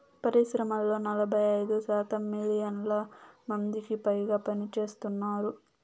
పరిశ్రమల్లో నలభై ఐదు శాతం మిలియన్ల మందికిపైగా పనిచేస్తున్నారు